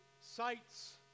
sights